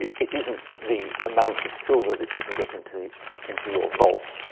it isn't the amount of silver that you can get into the into your vaults.